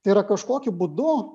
tai yra kažkokiu būdu